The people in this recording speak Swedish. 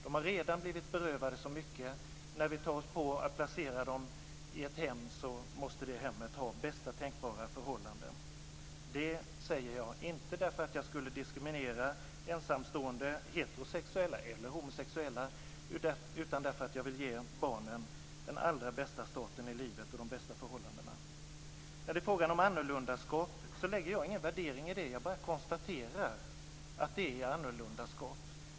De har redan blivit berövade så mycket att när vi tar oss för att placera dem i ett hem så måste det hemmet ha de bästa tänkbara förhållanden. Det säger jag inte därför att jag skulle diskriminera ensamstående heterosexuella eller homosexuella, utan därför att jag vill ge barnen den allra bästa starten i livet och de bästa förhållandena. Vad gäller frågan om annorlundaskap så lägger jag ingen värdering i det. Jag bara konstaterar att det är ett annorlundaskap.